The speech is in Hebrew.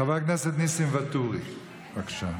חבר הכנסת ניסים ואטורי, בבקשה.